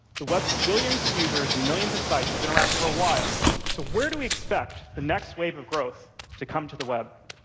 the web's billions of users and millions of sites have been around for a while. so where do we expect the next wave of growth to come to the web?